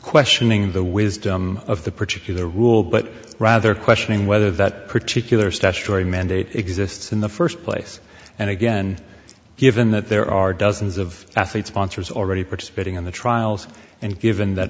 questioning the wisdom of the particular rule but rather questioning whether that particular statutory mandate exists in the first place and again given that there are dozens of athletes sponsors already participating in the trials and given that